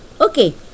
Okay